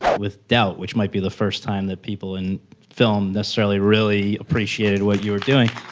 with doubt, which might be the first time that people in film necessarily really appreciated what you're doing.